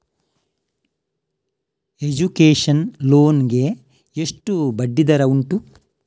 Education loan ಗೆ ಎಷ್ಟು ಬಡ್ಡಿ ದರ ಉಂಟು?